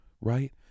Right